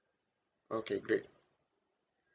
okay great